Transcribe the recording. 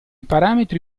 parametri